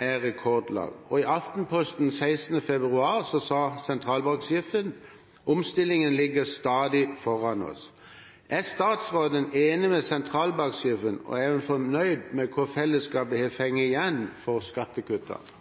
er rekordlav, og i Aftenposten 16. februar sa sentralbanksjefen: «Omstillingene ligger stadig foran oss». Er statsråden enig med sentralbanksjefen, og er hun fornøyd med hva fellesskapet har fått igjen for skattekuttene?»